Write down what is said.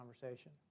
conversation